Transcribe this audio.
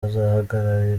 bazahagararira